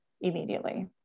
immediately